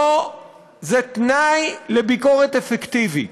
זה תנאי לביקורת אפקטיבית.